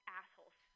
assholes